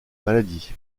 maladie